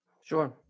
Sure